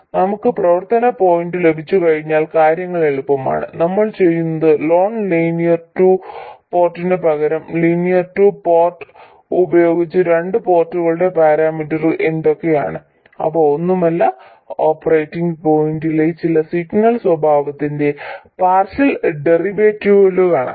നമുക്ക് പ്രവർത്തന പോയിന്റ് ലഭിച്ചുകഴിഞ്ഞാൽ കാര്യങ്ങൾ എളുപ്പമാണ് നമ്മൾ ചെയ്യുന്നത് നോൺ ലീനിയർ ടു പോർട്ടിന് പകരം ഒരു ലീനിയർ ടു പോർട്ട് ഉപയോഗിച്ച് രണ്ട് പോർട്ടുകളുടെ പാരാമീറ്ററുകൾ എന്തൊക്കെയാണ് അവ ഒന്നുമല്ല ഓപ്പറേറ്റിംഗ് പോയിന്റിലെ വലിയ സിഗ്നൽ സ്വഭാവത്തിന്റെ പാർഷ്യൽ ഡെറിവേറ്റീവുകളാണ്